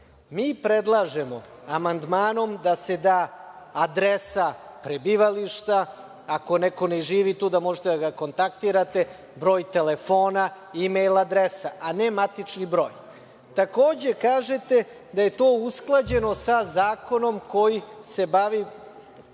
predlažemo amandmanom da se da adresa prebivalištva, ako neko ne živi tu da možete da ga kontaktirate, broj telefona, e-mail adresa, a ne matični broj. Takođe, kažete da je to usklađeno sa zakonom koji se bavi